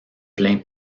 plein